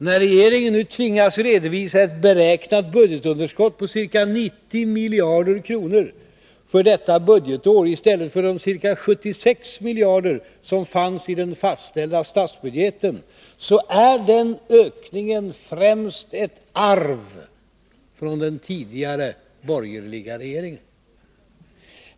När regeringen nu tvingas redovisa ett beräknat budgetunderskott på ca 90 miljarder kronor för detta budgetår i stället för de ca 76 miljarder som fanns i den fastställda statsbudgeten, så är den ökningen främst ett arv från den tidigare borgerliga regeringen.